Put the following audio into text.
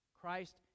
Christ